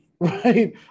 Right